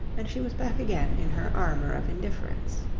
and she was back again in her armour of indifference.